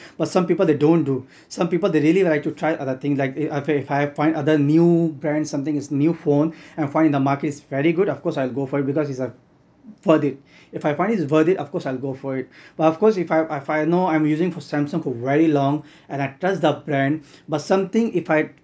but some people they don't do some people they really like to try other thing like if I find other new brand something is new phone and find the market is very good of course I'll go for it because it's uh worth it if I find it worth it of course I'll go for it but of course if I know I'm using for samsung for very long and I trust the brand but something if I